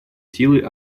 силой